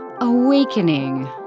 Awakening